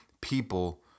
people